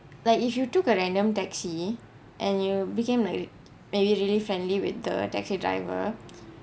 like if you took a random taxi and you became like maybe really friendly with the taxi driver